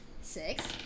Six